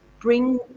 bring